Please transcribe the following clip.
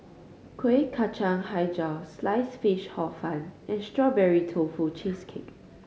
Kuih Kacang Hijau Sliced Fish Hor Fun and Strawberry Tofu Cheesecake